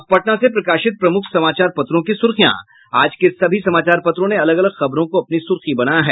अब पटना से प्रकाशित प्रमुख समाचार पत्रों की सुर्खियां आज के सभी समाचार पत्रों ने अलग अलग खबरो को अपनी सुर्खी बनायी है